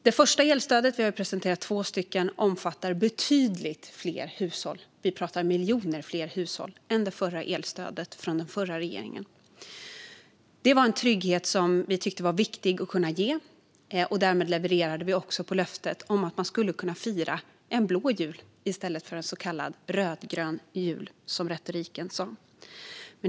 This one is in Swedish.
Det första elstödet av de två vi har presenterat omfattar betydligt fler hushåll - miljoner fler - än vad den förra regeringens elstöd gjorde. Det var en trygghet som vi tyckte var viktig att ge, och därmed levererade vi också på löftet att man skulle kunna fira en blå jul i stället för en så kallad rödgrön jul, som retoriken sa.